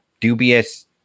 dubious